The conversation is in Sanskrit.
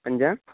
पञ्च